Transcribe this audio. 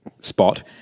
spot